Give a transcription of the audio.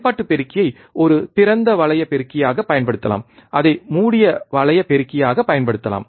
செயல்பாட்டு பெருக்கியை ஒரு திறந்த வளைய பெருக்கியாகப் பயன்படுத்தலாம் அதை மூடிய வளைய பெருக்கியாகப் பயன்படுத்தலாம்